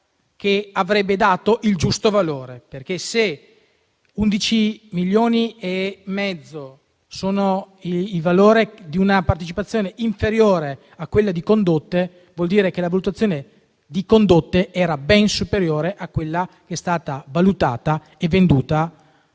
che avrebbe dato il giusto valore. Se 11,5 milioni è il valore di una partecipazione inferiore a quella di Condotte, vuol dire che la valutazione di quella in Eurolink era ben superiore a quella a cui è stata valutata e venduta